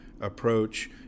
approach